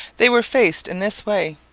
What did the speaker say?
they were faced in this way.